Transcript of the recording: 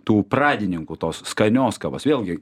tų pradininkų tos skanios kavos vėlgi